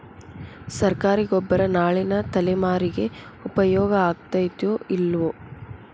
ಸರ್ಕಾರಿ ಗೊಬ್ಬರ ನಾಳಿನ ತಲೆಮಾರಿಗೆ ಉಪಯೋಗ ಆಗತೈತೋ, ಇಲ್ಲೋ?